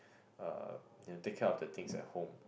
uh you know take care of the things at home